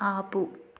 ఆపు